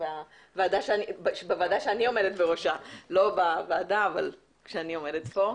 לא בוועדה אלא בוועדה שאני עומדת בראשה.